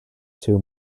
two